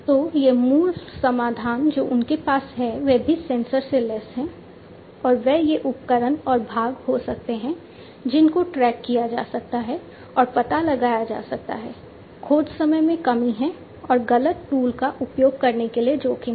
तो ये मूल समाधान जो उनके पास है वह भी सेंसर से लैस है और वे ये उपकरण और भाग हो सकते हैं जिनको ट्रैक किया जा सकता है और पता लगाया जा सकता है खोज समय में कमी है और गलत टूल का उपयोग करने के लिए जोखिम है